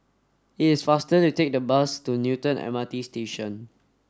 it is faster to take the bus to Newton M R T Station